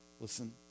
Listen